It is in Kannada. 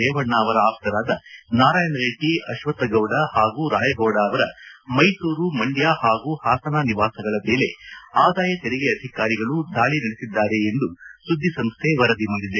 ರೇವಣ್ಣ ಅವರ ಆಪ್ತರಾದ ನಾರಾಯಣ ರೆಡ್ಡಿ ಅಶ್ವತ್ತ ಗೌಡ ಹಾಗೂ ರಾಯಗೌಡ ಅವರ ಮೈಸೂರು ಮಂಡ್ಯ ಹಾಗೂ ಹಾಸನ ನಿವಾಸಗಳ ಮೇಲೆ ಆದಾಯ ತೆರಿಗೆ ಅಧಿಕಾರಿಗಳು ದಾಳಿ ನಡೆಸಲಾಗಿದೆ ಎಂದು ಸುದ್ದಿ ಸಂಸ್ದೆ ವರದಿ ಮಾಡಿದೆ